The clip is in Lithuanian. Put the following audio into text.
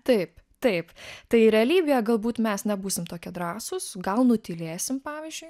taip taip tai realybėje galbūt mes nebūsim tokie drąsūs gal nutylėsim pavyzdžiui